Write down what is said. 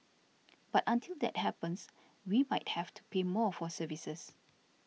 but until that happens we might have to pay more for services